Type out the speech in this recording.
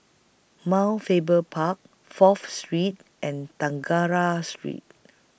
Mount Faber Park Fourth Street and Tangara Street